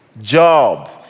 job